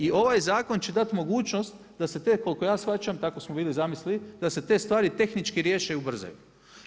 I ovaj zakon, će dati mogućnost da se te koliko ja shvaćam, tako smo bili zamislili da se te stvari tehnički riješe i ubrzaju.